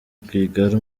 rwigara